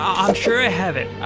um sure i have it,